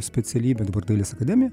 specialybę dailės akademiją